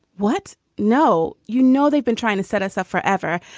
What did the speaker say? what? no. you know, they've been trying to set us up forever.